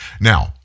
Now